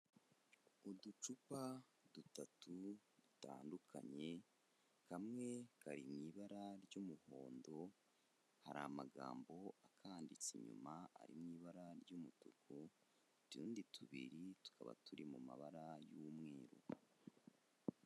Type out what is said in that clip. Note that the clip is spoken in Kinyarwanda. Uducupa dutatu dutandukanye kamwe kari mu ibara ry'umuhondo, hari amagambo akanditse inyuma ari mu ibara ry'umutuku, utundi tubiri tukaba turi mu mabara y'umweru.